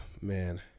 man